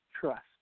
trust